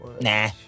Nah